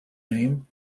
name